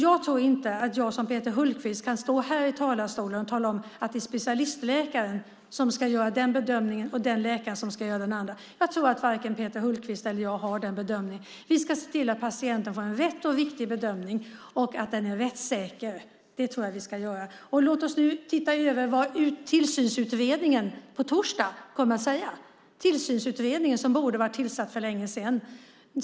Jag tror inte att jag som Peter Hultqvist kan stå här i talarstolen och tala om att det är specialistläkaren som ska göra en bedömning och den andra läkaren en annan. Jag tror inte att vare sig Peter Hultqvist eller jag kan göra den bedömningen. Vi ska se till att patienten får en rätt och riktig bedömning och att den är rättssäker. Det tror jag att vi ska göra. Låt oss se vad Tillsynsutredningen kommer att säga på torsdag. Den tillsynsutredningen borde ha varit tillsatt för länge sedan.